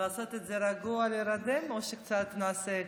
לעשות את זה רגוע, להירדם, או שנעשה קצת אקשן?